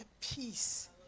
peace